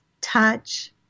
touch